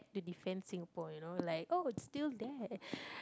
to defend Singapore you know like oh it's still there